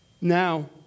Now